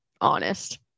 honest